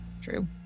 True